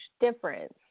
difference